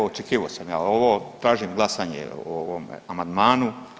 Očekivao sam ja ovo, tražim glasanje o ovome amandmanu.